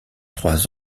trois